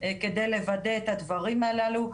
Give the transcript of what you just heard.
כדי לוודא את הדברים הללו.